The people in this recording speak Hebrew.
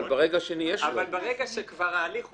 ברגע שכבר ההליך הותנע,